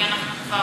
כי אנחנו כבר,